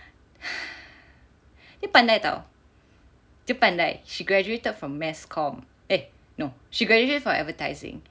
dia pandai tahu dia pandai she graduated from mass comm eh no she graduated from advertising